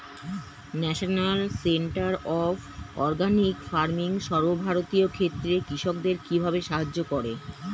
National centre of organic farming সর্বভারতীয় ক্ষেত্রে কৃষকদের কিভাবে সাহায্য করে?